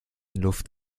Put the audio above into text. luft